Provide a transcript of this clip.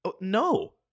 No